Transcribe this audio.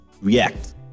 react